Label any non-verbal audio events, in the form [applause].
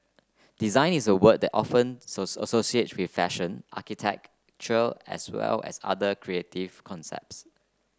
design is the word that often [unintelligible] associated with fashion architecture as well as other creative concepts